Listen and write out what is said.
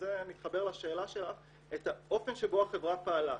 וזה מתחבר לשאלה שלך, את האופן שבו החברה פעלה.